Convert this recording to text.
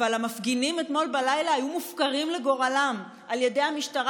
אבל המפגינים אתמול בלילה היו מופקרים לגורלם על ידי המשטרה,